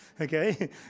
Okay